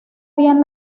bien